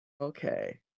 Okay